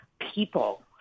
people